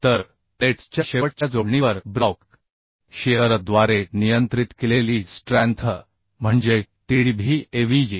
तर प्लेट्सच्या शेवटच्या जोडणीवर ब्लॉक शीअरद्वारे नियंत्रित केलेली स्ट्रॅन्थ म्हणजे TDB ही AVG